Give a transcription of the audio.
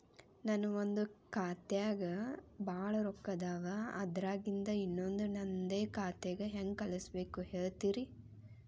ನನ್ ಒಂದ್ ಖಾತ್ಯಾಗ್ ಭಾಳ್ ರೊಕ್ಕ ಅದಾವ, ಅದ್ರಾಗಿಂದ ಇನ್ನೊಂದ್ ನಂದೇ ಖಾತೆಗೆ ಹೆಂಗ್ ಕಳ್ಸ್ ಬೇಕು ಹೇಳ್ತೇರಿ?